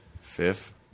Fifth